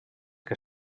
que